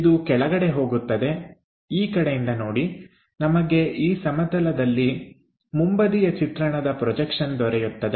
ಇದು ಕೆಳಗಡೆ ಹೋಗುತ್ತದೆ ಈ ಕಡೆಯಿಂದ ನೋಡಿ ನಮಗೆ ಈ ಸಮತಲದಲ್ಲಿ ಮುಂಬದಿಯ ಚಿತ್ರಣದ ಪ್ರೊಜೆಕ್ಷನ್ ದೊರೆಯುತ್ತದೆ